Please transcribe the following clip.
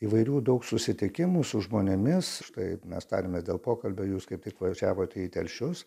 įvairių daug susitikimų su žmonėmis štai mes tariamės dėl pokalbio jūs kaip tik važiavot į telšius